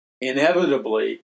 Inevitably